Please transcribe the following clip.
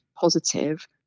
positive